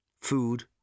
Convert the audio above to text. Food